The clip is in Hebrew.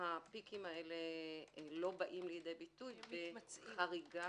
הפיקים האלה לא באים לידי ביטוי בחריגה,